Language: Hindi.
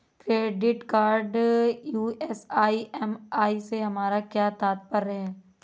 क्रेडिट कार्ड यू.एस ई.एम.आई से हमारा क्या तात्पर्य है?